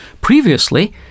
Previously